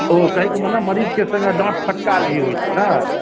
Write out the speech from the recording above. ओ कहै के मतलब मरीजके सङ्गे डांँट फटकार भी होइ छै ने